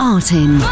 Artin